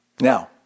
Now